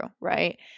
right